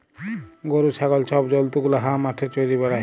গরু, ছাগল ছব জল্তু গুলা হাঁ মাঠে চ্যরে বেড়ায়